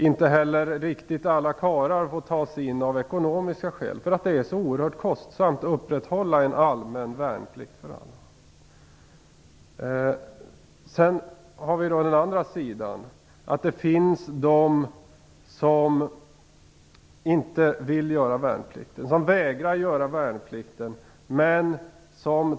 Inte heller riktigt alla karlar genomgår värnplikt av ekonomiska skäl, eftersom det är så oerhört kostsamt att upprätthålla en allmän värnplikt för alla. Det finns även en annan aspekt. Det finns människor som inte vill göra värnplikt. De vägrar göra värnplikt.